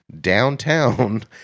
downtown